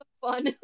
fun